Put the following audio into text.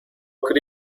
could